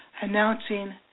announcing